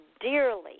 dearly